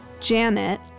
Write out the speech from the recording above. Janet